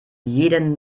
jeden